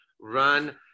run